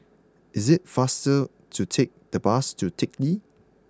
it is faster to take the bus to Teck Lee